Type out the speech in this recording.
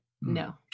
No